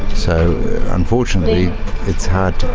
so unfortunately it's hard to